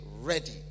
ready